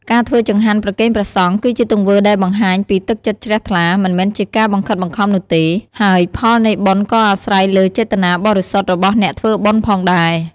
ការធ្វើចង្ហាន់ប្រគេនព្រះសង្ឃ គឺជាទង្វើដែលបង្ហាញពីទឹកចិត្តជ្រះថ្លា មិនមែនជាការបង្ខិតបង្ខំនោះទេ ហើយផលនៃបុណ្យក៏អាស្រ័យលើចេតនាបរិសុទ្ធរបស់អ្នកធ្វើបុណ្យផងដែរ។